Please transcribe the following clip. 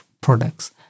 products